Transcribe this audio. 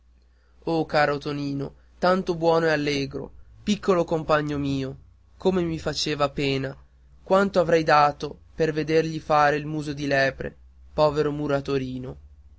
caro tonino tanto buono e allegro piccolo compagno mio come mi fece pena quanto avrei dato per rivedergli fare il muso di lepre povero